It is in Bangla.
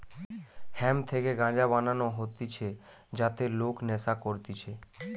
হেম্প থেকে গাঞ্জা বানানো হতিছে যাতে লোক নেশা করতিছে